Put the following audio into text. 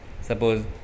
suppose